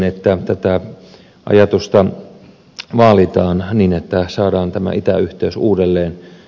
että tätä ajatusta vaalitaan niin että saadaan tämä itäyhteys uudelleen